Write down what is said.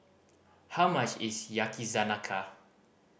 how much is Yakizakana